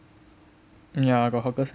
ya got hawker centre